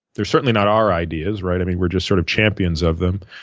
they're certainly not our ideas, right. i mean, we're just sort of champions of them.